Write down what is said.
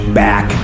back